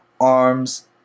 arms